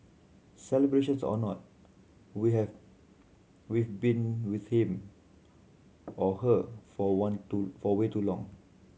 celebrations or not we have we've been with him or her for one to for way too long